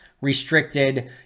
restricted